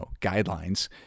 guidelines